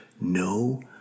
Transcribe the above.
No